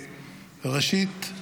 ראשית,